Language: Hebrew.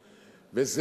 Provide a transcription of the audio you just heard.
לסיים.